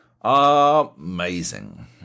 Amazing